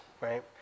right